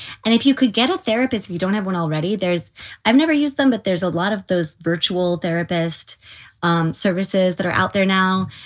and if you could get a therapist, you don't have one already. there's i've never used them, but there's a lot of those virtual therapist um services that are out there now.